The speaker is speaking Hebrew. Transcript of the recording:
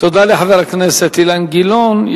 תודה לחבר הכנסת אילן גילאון.